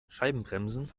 scheibenbremsen